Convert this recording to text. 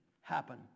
happen